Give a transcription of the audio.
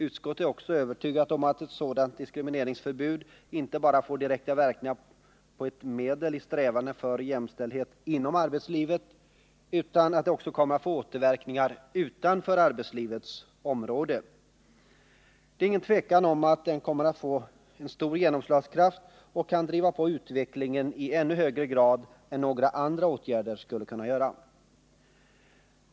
Utskottet är också övertygat om att ett sådant diskrimineringsförbud inte bara får direkta verkningar som ett medel i strävandena för jämställdhet inom arbetslivet utan att det också kommer att få återverkningar utanför arbetslivets område. Det är inget tvivel om att lagen kommer att få en stor genomslagskraft och kan driva på utvecklingen i ännu högre grad än några andra åtgärder skulle ha kunnat göra.